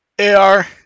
Ar